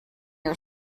are